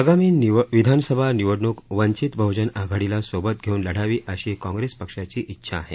आगामी विधानसभा निवडणूक वंचित बहजन आघाडीला सोबत घेऊन लढावी अशी काँग्रेस पक्षाची इच्छा आहे